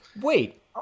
Wait